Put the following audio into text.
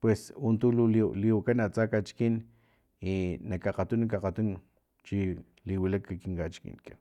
pues untu lu liwakan atsa nak kachikin i nak akgatunu akgatuno chi liwilak nak kin kachikinkan